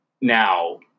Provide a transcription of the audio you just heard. now